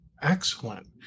Excellent